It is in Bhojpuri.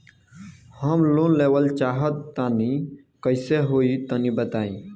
हम लोन लेवल चाहऽ तनि कइसे होई तनि बताई?